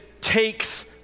takes